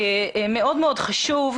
מאוד מאוד חשוב,